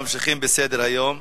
ממשיכים בסדר-היום.